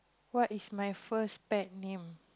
what is my first pet name